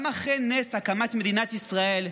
גם אחרי נס הקמת מדינת ישראל,